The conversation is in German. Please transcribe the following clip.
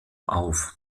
auf